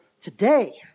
today